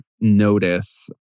notice